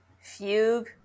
Fugue